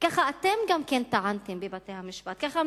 וכך אתם גם טענתם בבתי-המשפט,